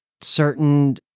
certain